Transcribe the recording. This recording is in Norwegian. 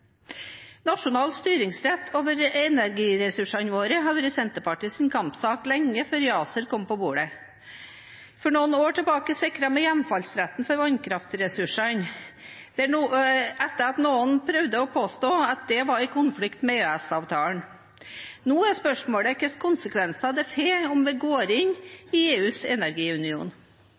Nasjonal styringsrett over energiressursene våre har vært Senterpartiets kampsak lenge før ACER kom på bordet. For noen år siden sikret vi hjemfallsretten for vannkraftressursene, etter at noen prøvde å påstå at det var i konflikt med EØS-avtalen. Nå er spørsmålet hvilke konsekvenser det får om vi går inn i EUs energiunion.